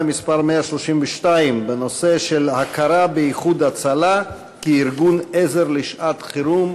מס' 132 בנושא: הכרה ב"איחוד הצלה" כארגון עזר לשעת-חירום.